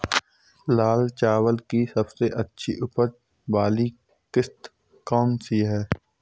लाल चावल की सबसे अच्छी उपज वाली किश्त कौन सी है?